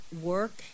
work